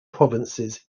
provinces